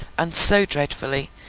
and so dreadfully,